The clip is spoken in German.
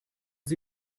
sie